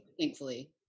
thankfully